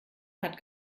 hat